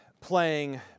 playing